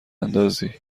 اندازی